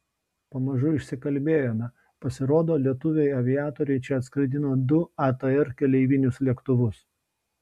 pamažu išsikalbėjome pasirodo lietuviai aviatoriai čia atskraidino du atr keleivinius lėktuvus